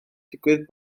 digwydd